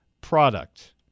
product